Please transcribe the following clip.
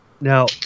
Now